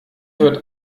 wird